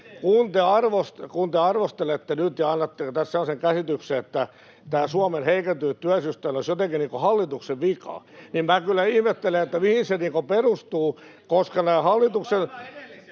kun te arvostelette nyt ja annatte tässä sellaisen käsityksen, että tämä Suomen heikentynyt työllisyys olisi jotenkin hallituksen vika, [Eduskunnasta: Ei!] niin minä kyllä ihmettelen, mihin se perustuu, [Sosiaalidemokraattien